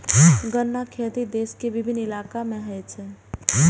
गन्नाक खेती देश के विभिन्न इलाका मे होइ छै